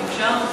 אם אפשר,